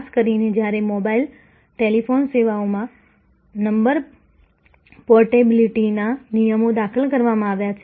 ખાસ કરીને જ્યારે મોબાઈલ ટેલિફોન સેવાઓમાં નંબર પોર્ટેબિલિટીના નિયમો દાખલ કરવામાં આવ્યા છે